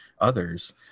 others